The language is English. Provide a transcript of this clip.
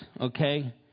okay